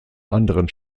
anderen